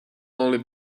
only